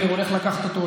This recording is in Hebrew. הולך לקחת אותו,